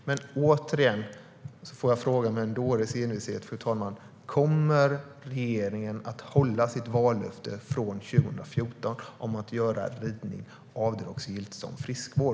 Fru talman! Jag frågar återigen med en dåres envishet: Kommer regeringen att hålla sitt vallöfte från 2014 om att göra ridning avdragsgillt som friskvård?